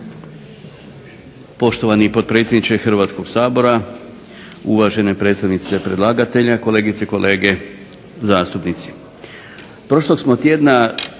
Hvala vam